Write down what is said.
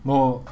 no